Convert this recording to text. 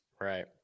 right